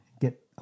get